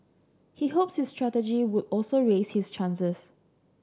he hopes this strategy would also raise his chances